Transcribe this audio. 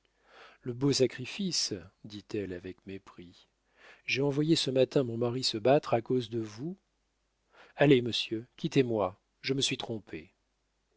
le beau sacrifice dit-elle avec mépris j'ai envoyé ce matin mon mari se battre à cause de vous allez monsieur quittez moi je me suis trompée